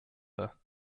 her